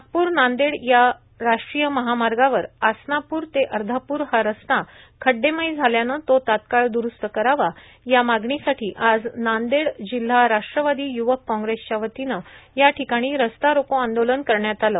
नागपूर नांदेड या राष्ट्रीय महामार्गावर आसनापूर ते अर्धापूर हा रस्ता खड्डेमय झाल्यानं तो तात्काळ दुरूस्त करावा या मागणीसाठी आज नांदेड जिल्हा राष्ट्रवादी युवक काँग्रेसच्या वतीनं याठिकाणी रस्ता रोको आंदोलन करण्यात आलं